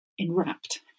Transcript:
enwrapped